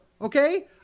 okay